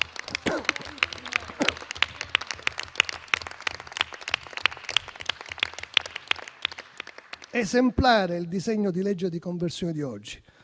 Esemplare è il disegno di legge di conversione di oggi: